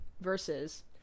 versus